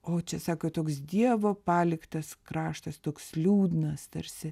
o čia sako toks dievo paliktas kraštas toks liūdnas tarsi